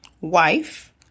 wife